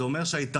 זה אומר שההתאחדות